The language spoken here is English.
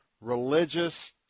religious